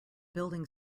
building